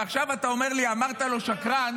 ועכשיו אתה אומר לי: אמרת לו שקרן,